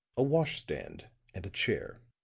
a wash-stand, and a chair.